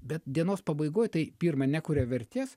bet dienos pabaigoj tai pirma nekuria vertės